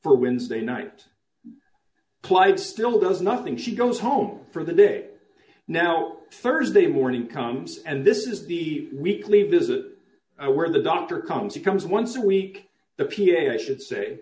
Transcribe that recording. for wins day night clive still does nothing she goes home for the day now thursday morning comes and this is the weekly visit where the doctor comes he comes once a week the p a i should say